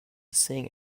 sing